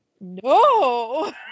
No